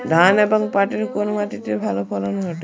ধান এবং পাটের কোন মাটি তে ভালো ফলন ঘটে?